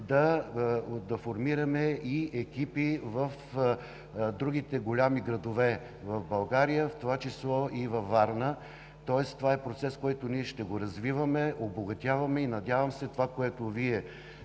да формираме екипи и в другите големи градове в България, в това число и във Варна. Това е процес, който ние ще развиваме, обогатяваме и се надявам това, което Вие